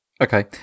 Okay